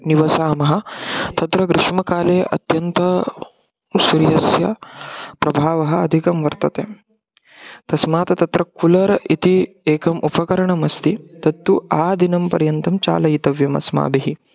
निवसामः तत्र ग्रीष्मकाले अत्यन्तं सूर्यस्य प्रभावः अधिकं वर्तते तस्मात् तत्र कुलर् इति एकम् उपकरणम् अस्ति तत्तु आदिनं पर्यन्तं चालयितव्यम् अस्माभिः